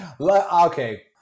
Okay